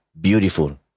beautiful